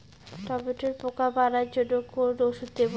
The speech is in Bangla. টমেটোর পোকা মারার জন্য কোন ওষুধ দেব?